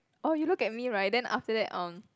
oh you look at me right then after that um